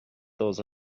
those